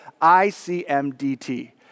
I-C-M-D-T